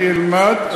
אני אלמד,